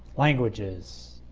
languages,